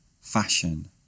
fashion